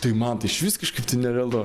tai man tai išvis kažkaip nerealu